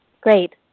Great